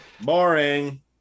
boring